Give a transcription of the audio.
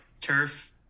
turf